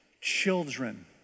children